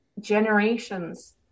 generations